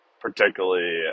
particularly